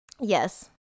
Yes